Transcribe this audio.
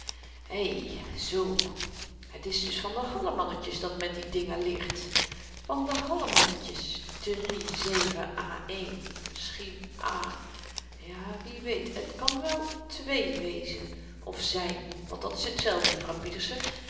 ei zoo het is dus van de hallemannetjes dat men die dingen leert van de hallemannetjes a e misschien a ja wie weet het kan wel ii wezen of zyn want dat is hetzelfde juffrouw pieterse het